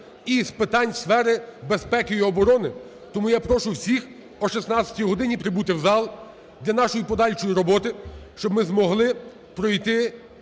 із питань сфери безпеки і оброни. Тому я прошу всіх о 16-й годині прибути в зал для нашої подальшої роботи, щоб ми змогли пройти,